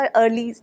early